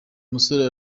musore